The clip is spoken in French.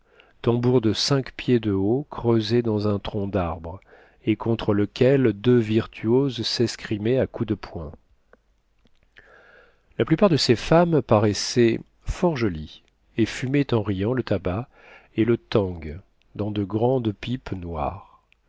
tambour de cinq pieds de haut creusé dans un tronc d'arbre et contre lequel deux virtuoses s'escrimaient à coups de poing la plupart de ces femmes paraissaient fort jolies et fumaient en riant le tabac et le thang dans de grandes pipes noires